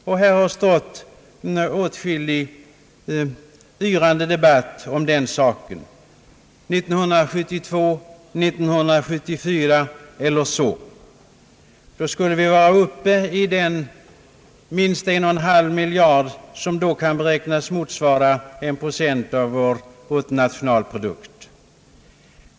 Här har förekommit åtskillig yrande debatt om det skall vara 1972, 1974 eller något annat år. Då skulle vi vara uppe i det belopp av 1,5 miljard kronor som vid den tidpunkten beräknas motsvara en procent av vår bruttonationalprodukt.